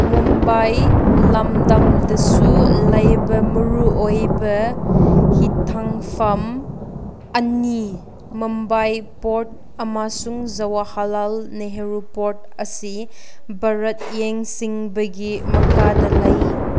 ꯃꯨꯝꯕꯥꯏ ꯂꯝꯗꯝꯗꯁꯨ ꯂꯩꯕ ꯃꯔꯨꯑꯣꯏꯕ ꯍꯤꯊꯥꯡꯐꯝ ꯑꯅꯤ ꯃꯨꯝꯕꯥꯏ ꯄꯣꯔꯠ ꯑꯃꯁꯨꯡ ꯖꯋꯥꯍꯔꯂꯥꯜ ꯅꯦꯍꯔꯨ ꯄꯣꯔꯠ ꯑꯁꯤ ꯚꯥꯔꯠ ꯌꯦꯡꯁꯤꯟꯕꯒꯤ ꯃꯈꯥꯗ ꯂꯩ